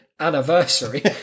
anniversary